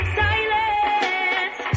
silence